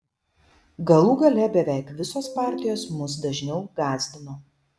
galų gale beveik visos partijos mus dažniau gąsdino